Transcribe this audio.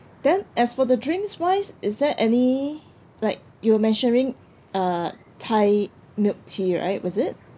then as for the drinks wise is there any like you were mentioning uh thai milk tea right was it